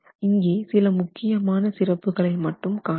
இங்கே சில முக்கியமான சிறப்புகளை மட்டும் காணலாம்